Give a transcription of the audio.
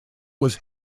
was